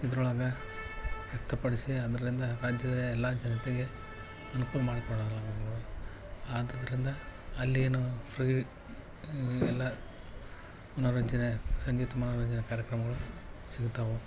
ಇದ್ರೊಳಗೆ ವ್ಯಕ್ತಪಡಿಸಿ ಅದ್ರಿಂದ ರಾಜ್ಯದ ಎಲ್ಲ ಜನತೆಗೆ ಅನ್ಕೂಲ ಮಾಡಿ ಕೊಡಲಾಗುವುದು ಆದುದರಿಂದ ಅಲ್ಲಿ ಏನು ಎಲ್ಲ ನುರಿತಿನ ಸಂಗೀತ ಮನೋರಂಜನಾ ಕಾರ್ಯಕ್ರಮಗಳು ಸಿಗುತ್ತವೆ